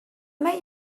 met